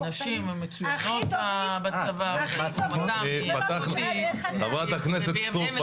ולא תשאל --- נשים הן מצוינות בצבא ------ חברת הכנסת סטרוק,